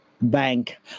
bank